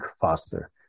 faster